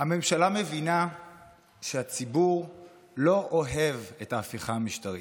הממשלה מבינה שהציבור לא אוהב את ההפיכה המשטרית,